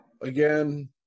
Again